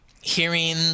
hearing –